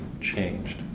changed